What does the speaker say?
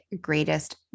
greatest